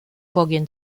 vorgehen